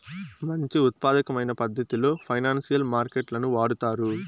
మంచి ఉత్పాదకమైన పద్ధతిలో ఫైనాన్సియల్ మార్కెట్ లను వాడుతారు